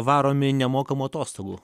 varomi nemokamų atostogų